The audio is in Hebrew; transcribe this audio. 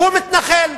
הוא מתנחל.